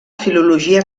filologia